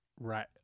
Right